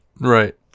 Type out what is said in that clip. Right